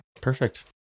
Perfect